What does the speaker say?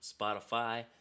Spotify